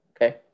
okay